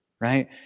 right